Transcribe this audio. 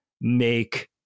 make